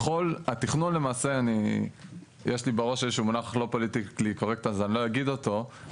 יש לי בראש איזשהו מונח לא פוליטיקלי קורקט אז אני לא אגיד אותו,